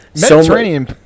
Mediterranean